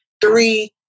three